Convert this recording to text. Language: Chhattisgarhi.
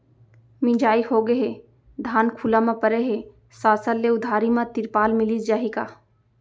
मिंजाई होगे हे, धान खुला म परे हे, शासन ले उधारी म तिरपाल मिलिस जाही का?